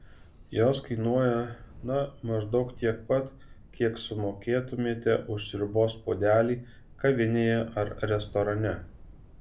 jos kainuoja na maždaug tiek pat kiek sumokėtumėte už sriubos puodelį kavinėje ar restorane